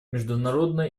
международно